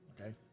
okay